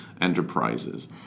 enterprises